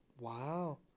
Wow